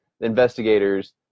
investigators